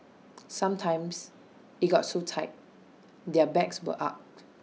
sometimes IT got so tight their backs were arched